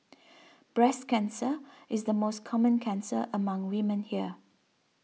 breast cancer is the most common cancer among women here